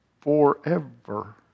forever